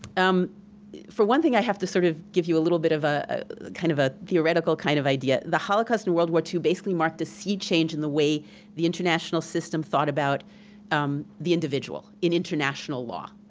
um for one thing, i have to sort of give you a little bit of a kind of ah theoretical kind of idea. the holocaust and world war two basically marked a sea change in the way the international system thought about um the individual, in international law.